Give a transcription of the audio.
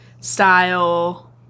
Style